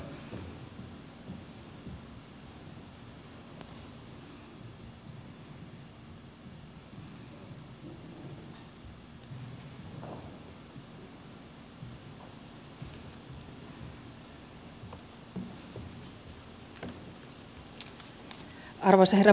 arvoisa herra puhemies